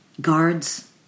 guards